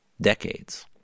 decades